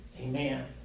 Amen